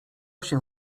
się